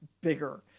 bigger